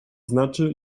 znaczy